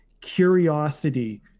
curiosity